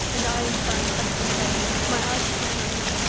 and i, in turn, questioned her my eyes upon hers.